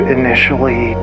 initially